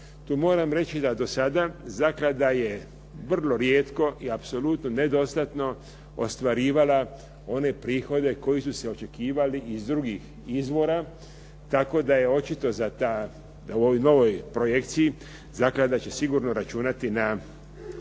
Tu moram reći da do sada zaklada je vrlo rijetko i apsolutno nedostatno ostvarivala one prihode koji su se očekivali i iz drugih izvora, tako da je očito za ta, u ovoj novoj projekciji, zaklada će sigurno računati na državni